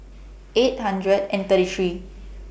eight hundred and thirty three